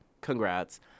Congrats